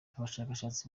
abashakashatsi